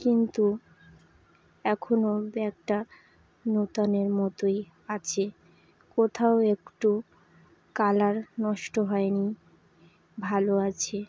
কিন্তু এখনও ব্যাগটা নতুনের মতোই আছে কোথাও একটু কালার নষ্ট হয় নি ভালো আছে